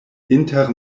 inter